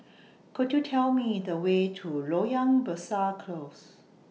Could YOU Tell Me The Way to Loyang Besar Close